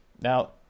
Now